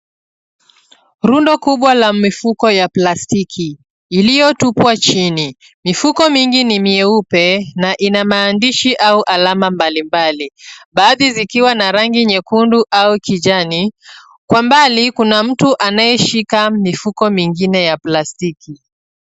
Rundo kubwa la mifuko ya plastiki iliyotupwa chini. Mifuko mingi ni mieupe na ina maandishi au alama mbalimbali, baadhi zikiwa na rangi nyekundu au kijani. Kwa mbali kuna mtu anayeshika mifuko mingine ya plastiki.